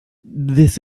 this